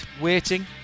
waiting